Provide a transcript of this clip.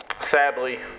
Sadly